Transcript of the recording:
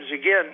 again